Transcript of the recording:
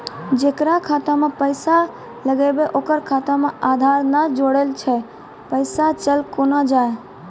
जेकरा खाता मैं पैसा लगेबे ओकर खाता मे आधार ने जोड़लऽ छै पैसा चल कोना जाए?